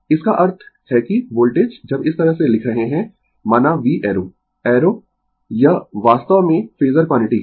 इसका अर्थ है कि वोल्टेज जब इस तरह से लिख रहे है माना V एरो एरो यह वास्तव में फेजर क्वांटिटी है